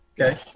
Okay